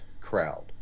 crowd